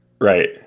Right